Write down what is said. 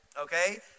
Okay